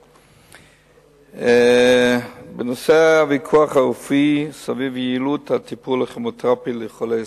הצעה בנושא הוויכוח הרפואי סביב יעילות הטיפול הכימותרפי לחולי סרטן,